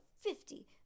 fifty